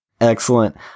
Excellent